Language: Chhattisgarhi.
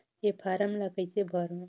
ये फारम ला कइसे भरो?